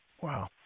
wow